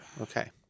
Okay